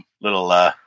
little